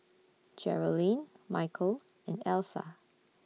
Geralyn Michal and Elsa